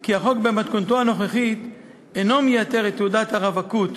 כי החוק במתכונתו הנוכחית אינו מייתר את תעודת הרווקות,